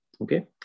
Okay